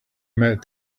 met